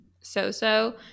so-so